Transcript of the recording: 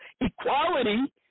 Equality